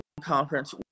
Conference